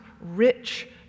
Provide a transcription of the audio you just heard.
rich